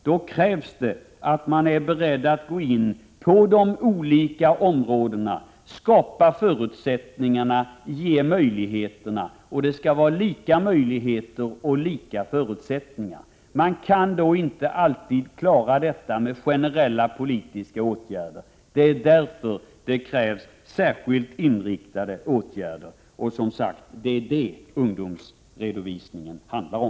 Det krävs att man är beredd att gå in på de olika områdena, skapa förutsättningarna, ge möjligheterna. Det skall vara lika möjligheter och lika förutsättningar. Man kan inte alltid klara detta med generella politiska åtgärder. Därför krävs särskilt inriktade åtgärder, och det är vad ungdomsredovisningen handlar om.